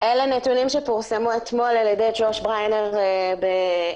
אלה נתונים שפורסמו אתמול על-ידי ג'וש בריינר ב"הארץ".